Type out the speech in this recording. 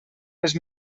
les